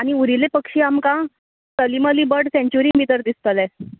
आनी उरिल्ले पक्षी आमकां सलीम अली बर्ड सँचुरी भितर दिसतलें